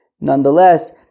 Nonetheless